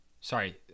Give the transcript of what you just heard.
sorry